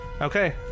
Okay